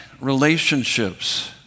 relationships